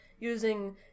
using